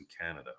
canada